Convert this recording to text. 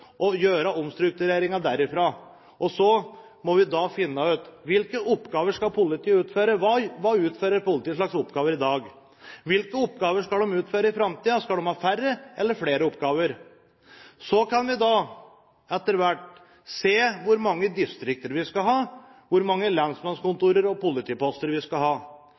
gjøre omstruktureringen derfra. Så må vi finne ut: Hvilke oppgaver skal politiet utføre? Hvilke oppgaver utfører politiet i dag? Hvilke oppgaver skal politiet utføre i framtiden – skal de ha færre eller flere oppgaver? Så kan vi da etter hvert se hvor mange distrikter vi skal ha, hvor mange lensmannskontorer og politiposter vi skal ha.